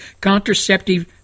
contraceptive